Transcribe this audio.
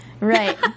Right